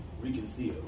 reconcile